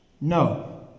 No